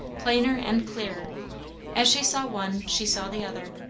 plainer and clearer as she saw one, she saw the other.